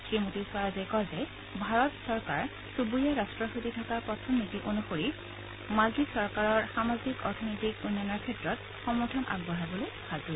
শ্ৰীমতী স্বৰাজে কয় যে ভাৰত চৰকাৰৰ চুবুৰীয়া ৰাট্টৰ সৈতে থকা প্ৰথম নীতি অনুসৰি ভাৰতে মালদ্বীপ চৰকাৰক সামাজিক অৰ্থনৈতিক উন্নয়নৰ ক্ষেত্ৰত সমৰ্থন আগবঢ়াবলৈ সাজু